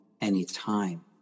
anytime